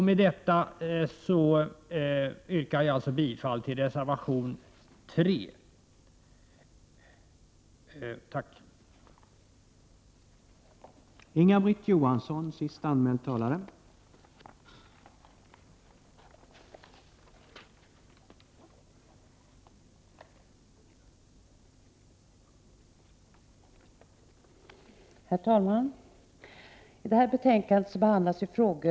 Med detta, herr talman, yrkar jag bifall till reservation nr 3.